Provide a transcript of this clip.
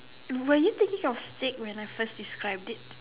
were you thinking of steak when I first described it